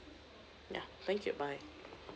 yeah thank you bye